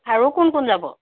আৰু কোন কোন যাব